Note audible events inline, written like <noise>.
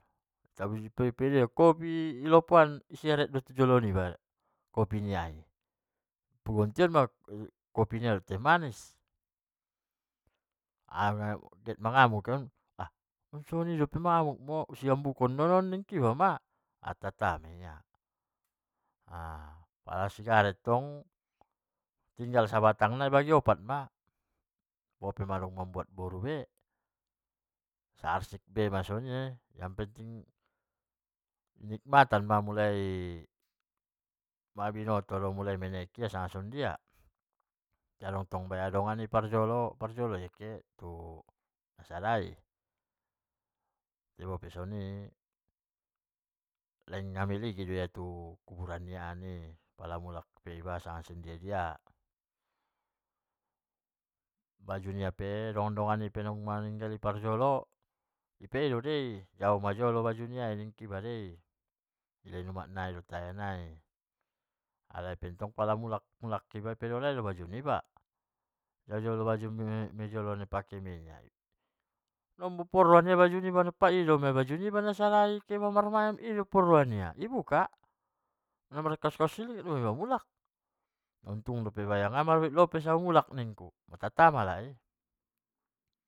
Itabusi pe kopi i lopo an seret do tujulo niba kopi niai, pagontion ma kopi nia dohot teh manis, get mangamuk ia ambungkon non kopi mon niba ma, martata ma ia <hesitation> pala sigaret tong tinggal sabatang nai bagi opat ma, bope na mambuat boru be, saarsik be masoni naponting i nikmatan ma, maiboto do mulai sian menek iba sanga son dia. tain tong adpng dongan i parjolo ia kehe tubagas ni ilahi, tai bope tong songoni hami ligin do ia i tu kuburan ni ia an i. pala dung mulak iba sanga sian dia-dia, baju nia pe dongan-dongan dung napojolo i i pangidoaan doi, baju nia i lek di iba doi, lehen umak nai non deba nai, halai pentong dung mulak iba pangido alai do baju niba, dia jolontong bajumi. nontong na i doma baju niba naporrohona nia inma baju marmayam niba in ma i buka. namar kaos-kaos singlet doma iba mulak, dung dope namar abit lopes au mulak ningkku, martata ma alai i.